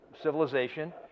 civilization